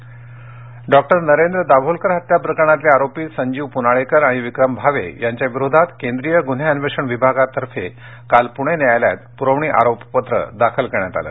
Dabholkar Dr Narendra Dabholkar हत्या प्रकरणातले आरोपी संजीव पुनाळेकर आणि विक्रम भावे यांच्या विरोधात केंद्रीय गुन्हे अन्वेषण विभागा काल पुणे न्यायालयात पुरवणी आरोप पत्र दाखल केलं